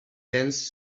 cents